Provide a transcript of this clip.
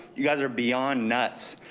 you guys are beyond nuts.